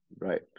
right